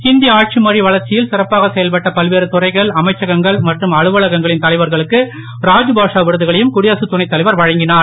ஹிந்தி ஆட்சி மொழி வளர்ச்சியில் சிறப்பாக செயல்பட்ட பல்வேறு துறைகள் அமைச்சகங்கள் மற்றும் அலுவலகங்களின் தலைவர்களுக்கு ராத்பாஷா விருதுகளையும் குடியரசுத் துணைத்தலைவர் வழங்கிஞர்